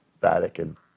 Vatican